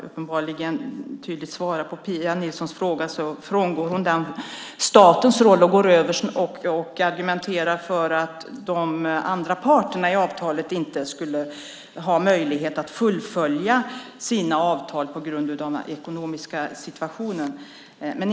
Fastän jag tydligt har svarat på Pia Nilssons fråga frångår hon detta med statens roll och går över till att argumentera om att de andra avtalsparterna inte har möjlighet att fullfölja sina avtal på grund av den ekonomiska situationen.